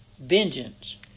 vengeance